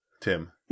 Tim